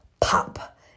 pop